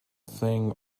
thing